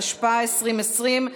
התשפ"א 2020,